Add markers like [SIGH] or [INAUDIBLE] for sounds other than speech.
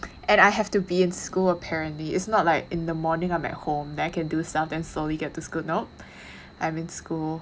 and I have to be in school apparently it's not like in the morning I'm at home then can do stuff then slowly get to school nope [BREATH] I'm in school